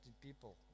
people